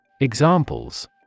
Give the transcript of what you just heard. Examples